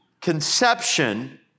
conception